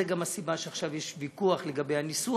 זו גם הסיבה שעכשיו יש ויכוח לגבי הניסוח,